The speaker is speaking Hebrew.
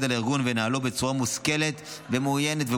על הארגון ולנהלו בצורה מושכלת ומאוזנת.